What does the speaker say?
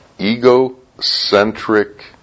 egocentric